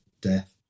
Death